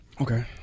Okay